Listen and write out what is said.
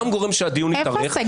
גם גורם לזה שהדיון יתארך,